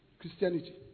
Christianity